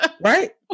Right